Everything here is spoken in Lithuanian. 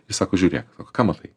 jis sako žiūrėk ką matai